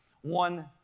One